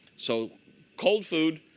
so cold food,